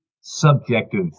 subjective